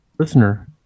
Listener